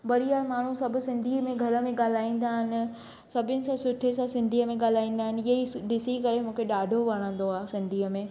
बढ़िया माण्हू सभु सिंधीअ में ई घर में ॻाल्हाईंदा आहिनि सभिनि सां सुठे सां सिंधीअ में ॻाल्हाईंदा आहिनि ईअं ई ॾिसी करे मूंखे ॾाढो वणंदो आहे सिंधीअ में